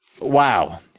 wow